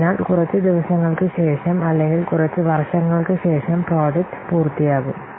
അതിനാൽ കുറച്ച് ദിവസങ്ങൾക്ക് ശേഷം അല്ലെങ്കിൽ കുറച്ച് വർഷങ്ങൾക്ക് ശേഷം പ്രോജക്റ്റ് പൂർത്തിയാകും